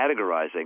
categorizing